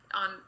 on